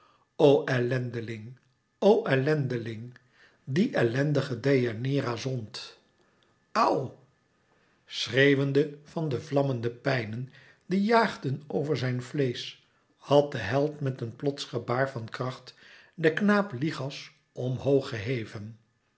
o ellendeling o ellendeling die ellendige deianeira zond au schreeuwende van de vlammende pijnen die jaagden over zijn vleesch had de held met een plots gebaar van kracht den knaap lichas omhoog geheven